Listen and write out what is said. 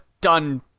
done